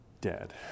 Dead